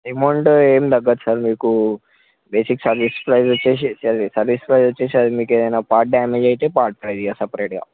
amount ఏమి తగ్గదు sir మీకు బేసిక్స్ చార్జెస్ ప్రైస్ వచ్చేసి సర్వీస్ ప్రైస్ వచ్చేసి అది మీకు ఏదైనా పార్ట్ డ్యామేజ్ అయితే పార్ట్ ప్రైస్ ఇవ్వాలి సపరేట్గా